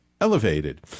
Elevated